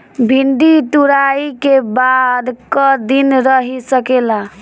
भिन्डी तुड़ायी के बाद क दिन रही सकेला?